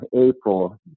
April